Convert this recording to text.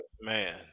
man